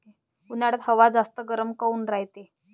उन्हाळ्यात हवा जास्त गरम काऊन रायते?